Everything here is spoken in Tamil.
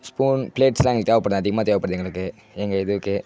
ஸ்பூன் ப்லேட்ஸ்லாம் எங்களுக்கு தேவைப்படுது அதிகமாக தேவைப்படுது எங்களுக்கு எங்கள் இதுக்கு